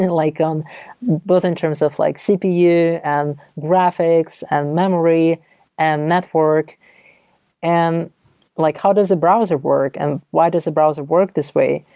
like um both in terms of like cpu and graphics and memory and network and like how does the browser work and why does the browser work this way?